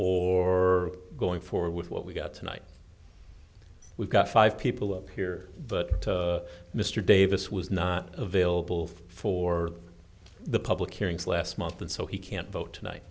or going forward with what we've got tonight we've got five people up here but mr davis was not available for the public hearings last month and so he can't vote tonight